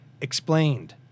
explained